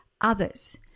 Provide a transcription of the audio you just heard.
others